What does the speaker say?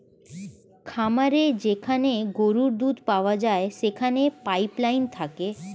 খামারে যেখানে গরুর দুধ পাওয়া যায় সেখানে পাইপ লাইন থাকে